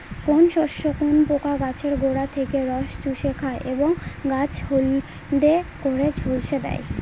কোন শস্যে কোন পোকা গাছের গোড়া থেকে রস চুষে খায় এবং গাছ হলদে করে ঝলসে দেয়?